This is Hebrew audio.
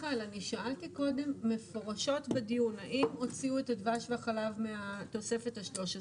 כששאלתי קודם מפורשות אם הוציאו את הדבש ואת החלב מהתוספת ה-13,